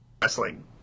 wrestling